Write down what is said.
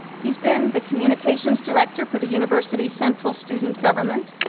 he's been the communication's director for the university central student government,